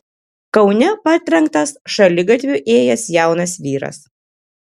kaune partrenktas šaligatviu ėjęs jaunas vyras